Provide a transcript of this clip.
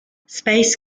space